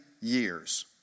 years